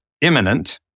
imminent